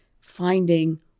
finding